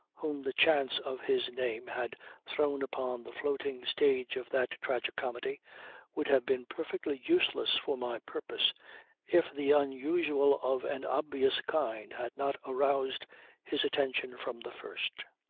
whom the chance of his name had thrown upon the floating stage of that tragicomedy would have been perfectly useless for my purpose if the unusual of an obvious kind had not aroused his attention from the first.